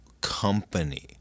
company